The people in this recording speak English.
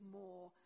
more